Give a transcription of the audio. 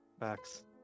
Max